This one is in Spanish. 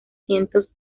cientos